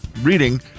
reading